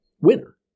winner